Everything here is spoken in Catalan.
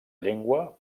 llengua